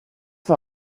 war